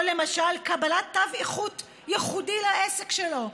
או למשל קבלת תו איכות ייחודי לעסק שלו,